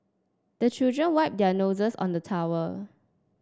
the children wipe their noses on the towel